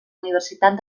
universitat